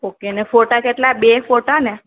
okay ને ફોટા કેટલા બે ફોટાને